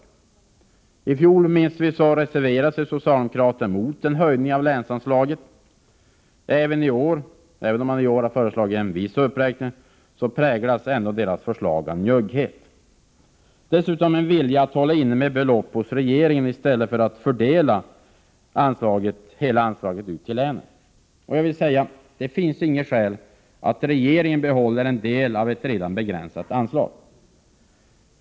Vi minns att socialdemokraterna i fjol reserverade sig mot en höjning av länsanslaget. Även om man i år har föreslagit en viss uppräkning, präglas ändå deras förslag av njugghet. Dessutom finns det en vilja att hålla inne med belopp hos regeringen i stället för att fördela hela anslaget ut till länen. Jag vill säga: Det finns inget skäl för att regeringen skall behålla en del av ett redan begränsat anslag.